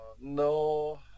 No